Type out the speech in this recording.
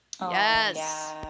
yes